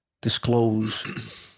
disclose